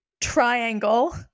Triangle